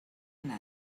una